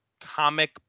comic